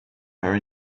her